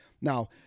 Now